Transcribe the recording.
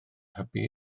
hybu